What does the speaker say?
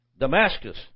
Damascus